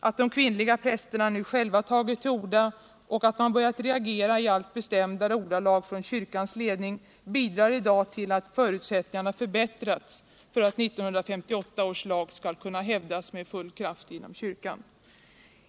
Att de kvinnliga prästerna nu själva tagit till orda och att man börjat reagera i allt bestämdare ordalag inom kyrkans ledning bidrar i dag till att förutsättningarna förbättrats för att 1958 års lag skall kunna hävdas med full kraft inom kyrkan.